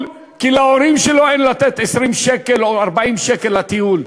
כי להורים שלו אין לתת 20 שקל או 40 שקל לטיול,